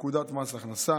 פקודת מס הכנסה,